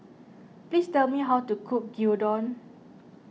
please tell me how to cook Gyudon